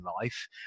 life